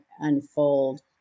unfold